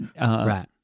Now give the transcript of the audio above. Right